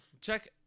Check